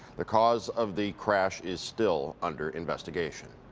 the cause of the crash is still under investigation.